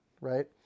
right